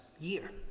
year